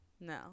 no